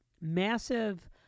massive